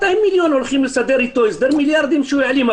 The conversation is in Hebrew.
הולכים לסדר אתו הסדר על מיליארדים שהוא העלים,